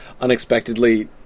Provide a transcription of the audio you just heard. unexpectedly